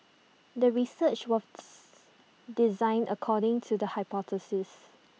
the research was designed according to the hypothesis